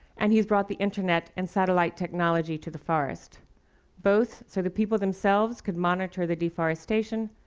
and he's brought the internet and satellite technology to the forest both so that people themselves could monitor the deforestation,